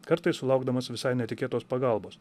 kartais sulaukdamas visai netikėtos pagalbos